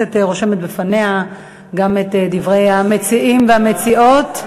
הכנסת רושמת בפניה גם את דברי המציעים והמציעות,